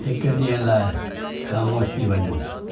हिकु ॾींहुं लाइ ख़ामोश थी वञो